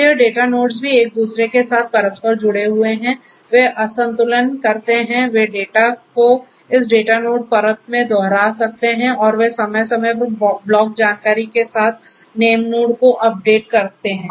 तो यह data nodes भी एक दूसरे के साथ परस्पर जुड़े हुए हैं वे असंतुलन कर सकते हैं वे डेटा को इस Datanode परत में दोहरा सकते हैं और वे समय समय पर ब्लॉक जानकारी के साथ नेमनोड को अपडेट करते हैं